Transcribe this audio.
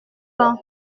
pain